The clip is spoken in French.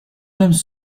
sommes